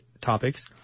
topics